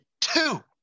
two